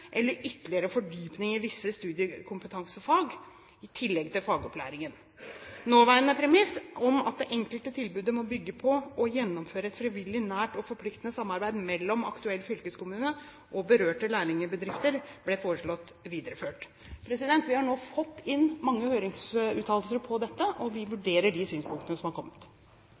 eller ytterligere fordypning i visse studiekompetansefag i tillegg til fagopplæringen. Nåværende premiss om at det enkelte tilbudet må bygge på og gjennomføres i et frivillig, nært og forpliktende samarbeid mellom aktuell fylkeskommune og berørte lærlingbedrifter, ble foreslått videreført. Vi har nå fått inn mange høringsuttalelser om dette, og vi vurderer de synspunktene som er kommet.